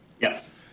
Yes